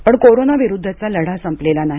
पण कोरोन विरुद्धचा लढा संपलेला नाही